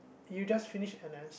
you just finish N_S